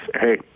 hey